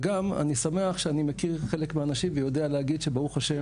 וגם אני שמח שאני מכיר חלק מהנשים ואני יודע להגיד שברוך ה'